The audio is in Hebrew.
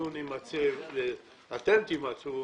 אתם תימצאו